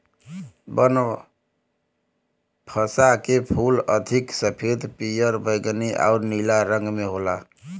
बनफशा के फूल अधिक सफ़ेद, पियर, बैगनी आउर नीला रंग में होला